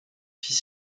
fils